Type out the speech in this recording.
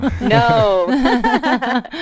No